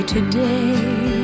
today